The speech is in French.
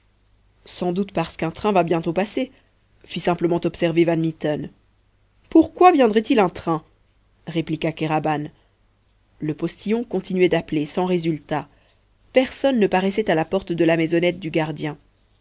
sans doute parce qu'un train va bientôt passer fit simplement observer van mitten pourquoi viendrait-il un train répliqua kéraban le postillon continuait d'appeler sans résultat personne ne paraissait à la porte de la maisonnette du gardien